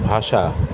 ভাষা